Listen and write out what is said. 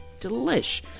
delish